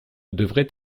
devrait